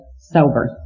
sober